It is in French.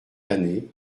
années